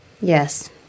Yes